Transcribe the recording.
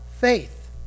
faith